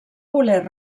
voler